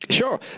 Sure